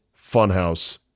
funhouse